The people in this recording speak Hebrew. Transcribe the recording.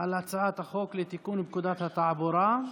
על הצעת החוק לתיקון פקודת התעבורה.